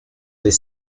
des